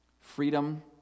Freedom